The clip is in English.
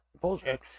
Bullshit